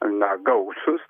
na gausūs